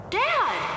dad